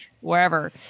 wherever